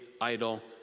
idol